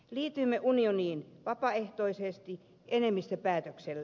liityimme unioniin vapaaehtoisesti enemmistöpäätöksellä